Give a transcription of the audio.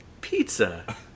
Pizza